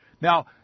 Now